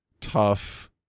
tough